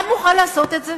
אתה מוכן לעשות את זה?